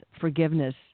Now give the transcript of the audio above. forgiveness